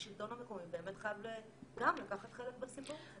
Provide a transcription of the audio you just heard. השלטון המקומי באמת חייב גם לקחת חלק בסיפור.